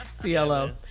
CLO